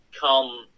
come